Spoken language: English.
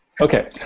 Okay